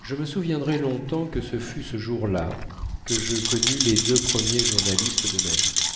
je me souviendrai longtemps que ce fut ce jour-là que je connus les deux premiers journalistes de ma vie